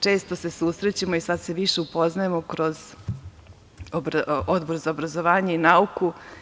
Često se susrećemo i sada se više upoznajemo kroz Odbor za obrazovanje i nauku.